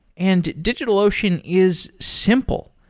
and digitalocean is simple.